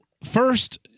First